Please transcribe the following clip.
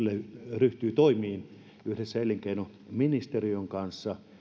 ryhtyy toimiin yhdessä elinkeinoministeriön kanssa